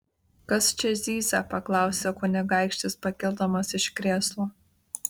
kas čia zyzia paklausė kunigaikštis pakildamas iš krėslo